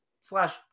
slash